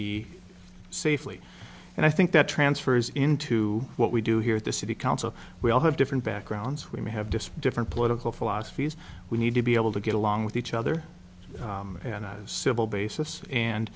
b safely and i think that transfers into what we do here at the city council we all have different backgrounds we have despite different political philosophies we need to be able to get along with each other and eyes civil basis and